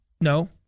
No